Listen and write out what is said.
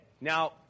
now